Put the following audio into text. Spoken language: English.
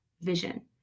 vision